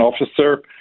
officer